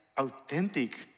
authentic